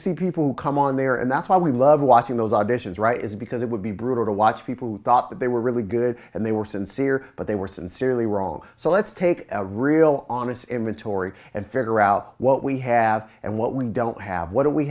see people who come on there and that's why we love watching those auditions right is because it would be brutal to watch people who thought that they were really good and they were sincere but they were sincerely wrong so let's take a real on its inventory and figure out what we have and what we don't have what